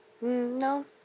no